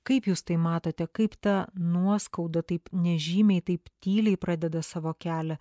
kaip jūs tai matote kaip ta nuoskauda taip nežymiai taip tyliai pradeda savo kelią